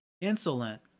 insolent